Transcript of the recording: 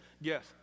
yes